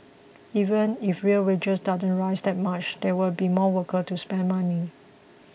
even if real wages don't rise that much there will be more workers to spend money